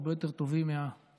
הרבה יותר טובים מהציפיות.